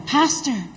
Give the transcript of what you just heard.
pastor